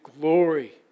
glory